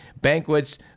banquets